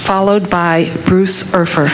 followed by bruce or for